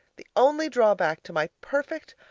the only drawback to my perfect,